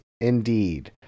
Indeed